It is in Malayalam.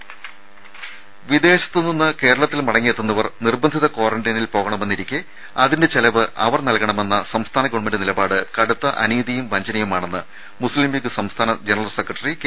രുമ വിദേശത്ത് നിന്ന് കേരളത്തിൽ മടങ്ങിയെത്തുന്നവർ നിർബന്ധിത ക്വാറന്റൈനിൽ പോവണമെന്നിരിക്കെ അതിന്റെ ചെലവ് അവർ നൽകണമെന്ന സംസ്ഥാന ഗവൺമെന്റ് നിലപാട് കടുത്ത അനീതിയും വഞ്ചനയുമാണെന്ന് മുസ്ലീം ലീഗ് സംസ്ഥാന ജനറൽ സെക്രട്ടറി കെ